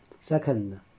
Second